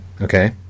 Okay